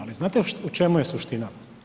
Ali znate u čemu je suština?